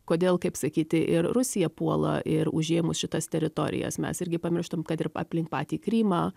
kodėl kaip sakyti ir rusija puola ir užėmus šitas teritorijas mes irgi pamirštam kad ir aplink patį krymą